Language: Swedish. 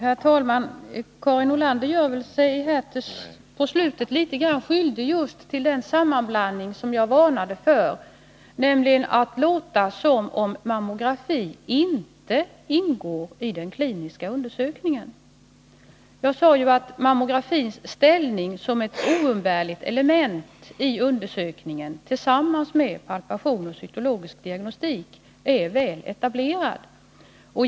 Herr talman! Karin Nordlander gjorde sig väl avslutningsvis litet grand skyldig just till den sammanblandning som jag varnade för, nämligen att ge intryck av att mammografi inte ingår i den kliniska undersökningen. Jag sade ju att mammografins ställning som ett oumbärligt element i undersökningen tillsammans med palpation och cytologisk diagnostik är väl etablerad.